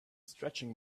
stretching